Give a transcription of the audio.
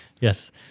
Yes